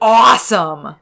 awesome